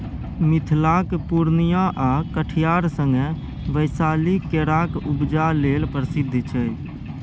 मिथिलाक पुर्णियाँ आ कटिहार संगे बैशाली केराक उपजा लेल प्रसिद्ध छै